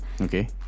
Okay